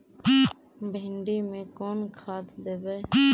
भिंडी में कोन खाद देबै?